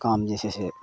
काम जे छै से